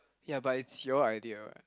yeah but it's your idea [what]